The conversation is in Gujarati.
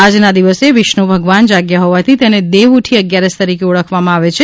આજના દિવસે વિષ્ણુ ભગવાન જાગ્યા હોવાથી તેને દેવઉઠી અગિયારસ તરીકે ઓળખવામાં આવે છે